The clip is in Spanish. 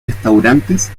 restaurantes